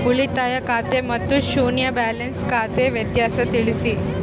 ಉಳಿತಾಯ ಖಾತೆ ಮತ್ತೆ ಶೂನ್ಯ ಬ್ಯಾಲೆನ್ಸ್ ಖಾತೆ ವ್ಯತ್ಯಾಸ ತಿಳಿಸಿ?